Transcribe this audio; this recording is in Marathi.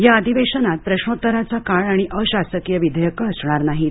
या अधिवेशनात प्रश्नोत्तराचा काळ आणि अ शासकीय विधेयक असणार नाहीत